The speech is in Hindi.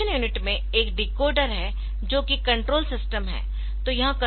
एक्सेक्युशन यूनिट में एक डिकोडर है जो कि कंट्रोल सिस्टम है